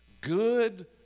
good